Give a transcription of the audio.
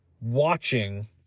watching